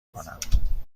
کنم